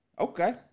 Okay